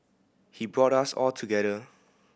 he brought us all together